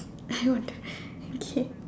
I want to